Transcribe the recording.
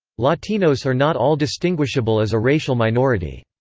latinos are not all distinguishable as a racial minority.